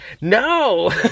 No